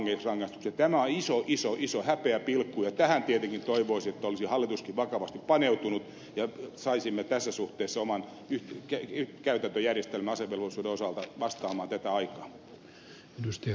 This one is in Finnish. tämä on iso iso iso häpeäpilkku ja tähän tietenkin toivoisin että olisi hallituskin vakavasti paneutunut ja saisimme tässä suhteessa oman käytäntöjärjestelmän asevelvollisuuden osalta vastaamaan tätä aikaa